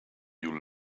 you